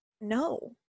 no